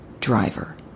driver